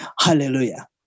Hallelujah